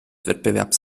wettbewerbs